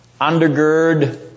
undergird